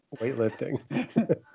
weightlifting